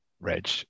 Reg